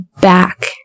back